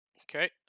Okay